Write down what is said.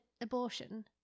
abortion